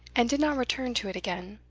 and did not return to it again.